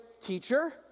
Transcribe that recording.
teacher